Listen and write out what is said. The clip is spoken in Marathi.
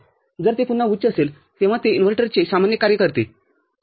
तर ते जेव्हा उच्चअसेल तेव्हाच ते इन्व्हर्टरचे सामान्य कार्य करतेठीक आहे